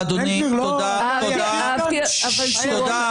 --- מי שתומך